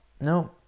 no